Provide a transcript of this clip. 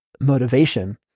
motivation